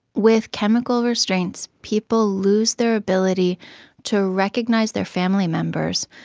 with chemical restraints, people lose their ability to recognise their family members.